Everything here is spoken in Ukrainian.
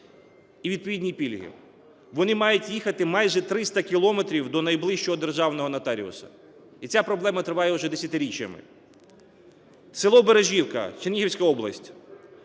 і відповідні пільги, вони мають їхати майже 300 кілометрів до найближчого державного нотаріуса. І ця проблема триває вже десятиріччями. СелоБережівка, Чернігівська область,